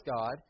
God